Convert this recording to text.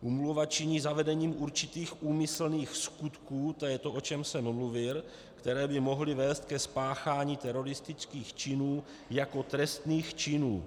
Úmluva činí zavedením určitých úmyslných skutků, to je to, o čem jsem mluvil, které by mohly vést ke spáchání teroristických činů jako trestných činů.